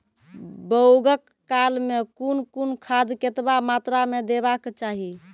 बौगक काल मे कून कून खाद केतबा मात्राम देबाक चाही?